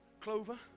clover